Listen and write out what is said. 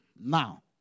now